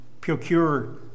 procure